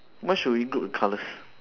why should we group the colours